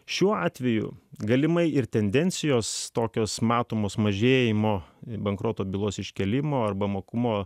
šiuo atveju galimai ir tendencijos tokios matomos mažėjimo bankroto bylos iškėlimo arba mokumo